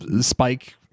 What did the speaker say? spike